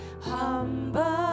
humble